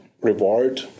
reward